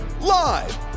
Live